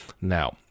Now